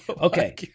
Okay